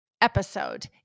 episode